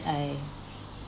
I